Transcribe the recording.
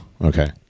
Okay